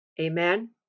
Amen